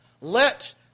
let